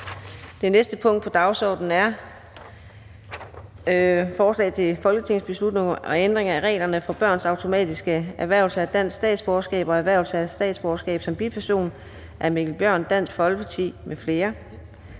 af beslutningsforslag nr. B 86: Forslag til folketingsbeslutning om ændring af reglerne for børns automatiske erhvervelse af dansk statsborgerskab og erhvervelse af statsborgerskab som biperson. Af Mikkel Bjørn (DF) m.fl.